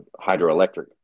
hydroelectric